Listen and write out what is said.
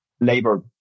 labor